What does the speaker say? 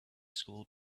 school